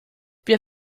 wir